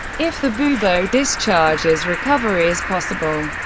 if the bubo discharges, recovery is possible.